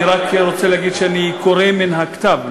אני רק רוצה להגיד שאני קורא מן הכתב.